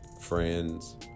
friends